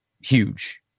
huge